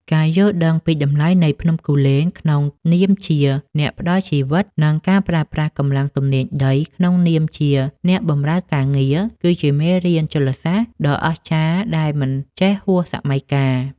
ការយល់ដឹងពីតម្លៃនៃភ្នំគូលែនក្នុងនាមជាអ្នកផ្ដល់ជីវិត និងការប្រើប្រាស់កម្លាំងទំនាញដីក្នុងនាមជាអ្នកបម្រើការងារ គឺជាមេរៀនជលសាស្ត្រដ៏អស្ចារ្យដែលមិនចេះហួសសម័យកាល។